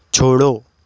छोड़ो